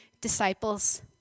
disciples